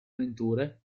avventure